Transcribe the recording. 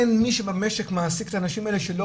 אין מי שבמשק מעסיק את הנשים האלה שלא